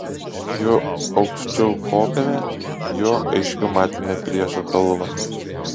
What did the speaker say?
juo aukščiau kopėme juo aiškiau matėme priešo kalvą